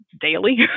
daily